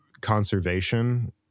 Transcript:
conservation